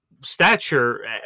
stature